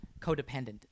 codependent